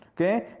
okay